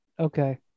Okay